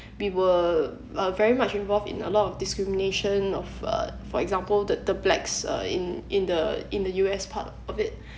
we were uh very much involved in a lot of discrimination of uh for example the the blacks uh in in the in the U_S part of it